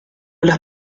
las